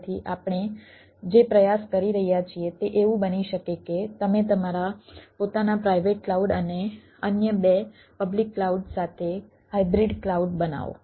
તેથી આપણે જે પ્રયાસ કરી રહ્યા છીએ તે એવું બની શકે કે તમે તમારા પોતાના પ્રાઇવેટ ક્લાઉડ અને અન્ય બે પબ્લિક કલાઉડ સાથે હાઇબ્રિડ ક્લાઉડ બનાવો